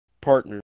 partner